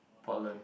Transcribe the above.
Portland